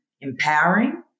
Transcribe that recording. empowering